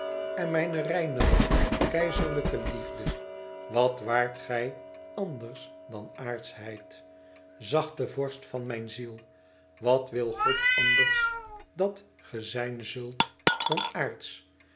en mijne reinere keizerlijke liefde wat waart ook gij anders dan aardschheid zachte vorst van mijn ziel wat wil god anders dat ge zijn zult dan